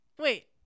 Wait